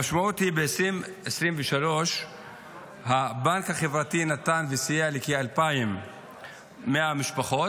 המשמעות היא שב-2023 הבנק החברתי נתן וסייע לכ-2,100 משפחות,